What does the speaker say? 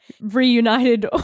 Reunited